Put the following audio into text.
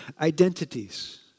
identities